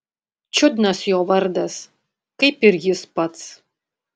čiudnas jo vardas kaip ir jis pats